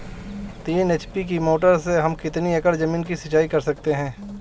तीन एच.पी की मोटर से हम कितनी एकड़ ज़मीन की सिंचाई कर सकते हैं?